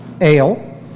ale